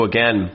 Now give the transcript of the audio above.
Again